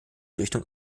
richtung